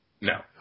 No